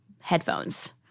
headphones